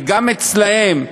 גם אצלם,